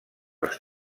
els